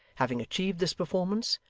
having achieved this performance,